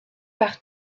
par